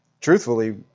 Truthfully